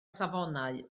safonau